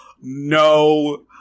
no